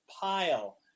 pile